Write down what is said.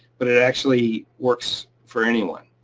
but it actually works for anyone.